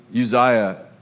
Uzziah